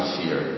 fear